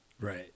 Right